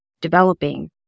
developing